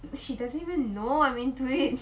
she doesn't even know I'm into it